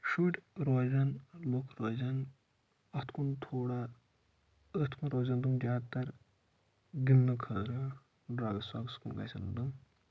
شُر روزن لُکھ روزن اَتھ کُن تھوڑا أتھۍ کُن روزن تِم زیادٕ تَر گِنٛدنہٕ خٲطرٕ ڈرٛگٕس وَگٕس کُن گژھن نہٕ